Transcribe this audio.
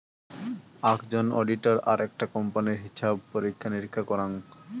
আকজন auditor আকটা কোম্পানির হিছাব পরীক্ষা নিরীক্ষা করাং